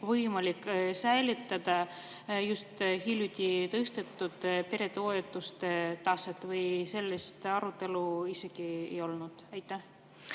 võimalik säilitada just hiljuti tõstetud peretoetuste taset. Või sellist arutelu isegi ei olnud? Suur